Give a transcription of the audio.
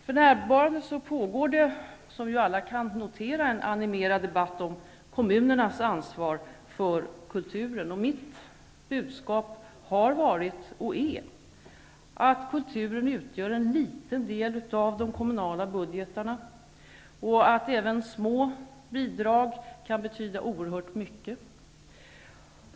För närvarande pågår det, som alla kan notera, en animerad debatt om kommunernas ansvar för kulturen. Mitt budskap har varit och är att kulturen utgör en liten del av de kommunala budgetarna och att även små bidrag kan betyda oerhört mycket.